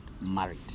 married